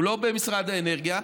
הוא לא במשרד האנרגיה,